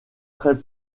très